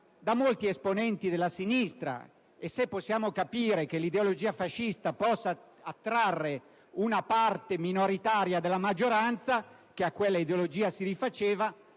da molti esponenti della sinistra e se possiamo capire che l'ideologia fascista possa attrarre una parte minoritaria della maggioranza che ad essa si rifaceva,